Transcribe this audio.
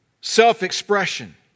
self-expression